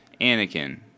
Anakin